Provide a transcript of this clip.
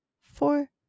four